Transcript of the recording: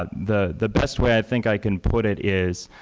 ah the the best way i think i can put it is,